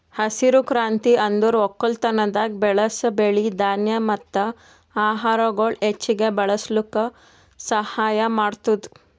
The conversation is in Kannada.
ಹಸಿರು ಕ್ರಾಂತಿ ಅಂದುರ್ ಒಕ್ಕಲತನದಾಗ್ ಬೆಳಸ್ ಬೆಳಿ, ಧಾನ್ಯ ಮತ್ತ ಆಹಾರಗೊಳ್ ಹೆಚ್ಚಿಗ್ ಬೆಳುಸ್ಲುಕ್ ಸಹಾಯ ಮಾಡ್ತುದ್